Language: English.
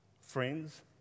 friends